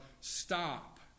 stop